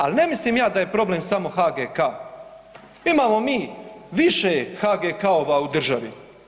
Ali ne mislim da ja je problem samo HGK-a, imamo mi više HGK-ova u državi.